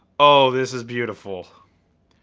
oh, this is beautiful.